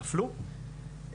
נפלו,